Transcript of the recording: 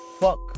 fuck